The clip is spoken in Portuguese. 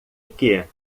que